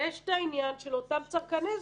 ויש את העניין של אותם צרכני זנות.